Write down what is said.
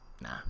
Nah